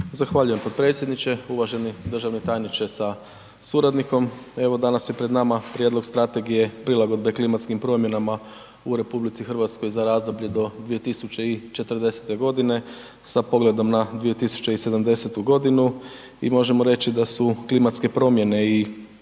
Zahvaljujem potpredsjedniče. Uvaženi državni tajniče sa suradnikom, evo danas je pred nama Prijedlog Strategije prilagodbe klimatskim promjenama u RH za razdoblje do 2040. sa pogledom na 2070. godinu i možemo reći da su klimatske promjene i